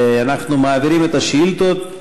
אנחנו מעבירים את השאילתות,